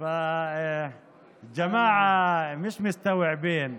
בשפה הערבית, להלן תרגומם: